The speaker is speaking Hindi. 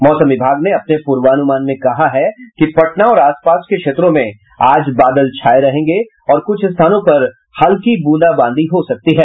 मौसम विभाग ने अपने पूर्वान्रमान में कहा है कि पटना और आस पास के क्षेत्रों में आज बादल छाये रहेंगे और कुछ स्थानों पर हल्की ब्रंदाबांदी हो सकती है